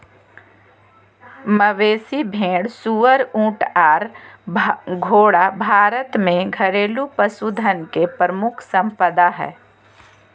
मवेशी, भेड़, सुअर, ऊँट आर घोड़ा भारत में घरेलू पशुधन के प्रमुख संपदा हय